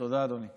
תודה, אדוני.